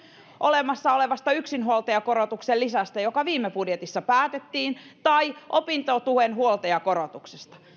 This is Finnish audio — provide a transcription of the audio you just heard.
olemassa olevasta yksinhuoltajakorotuksen lisästä joka viime budjetissa päätettiin tai opintotuen huoltajakorotuksesta